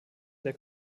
der